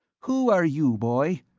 who are you, boy?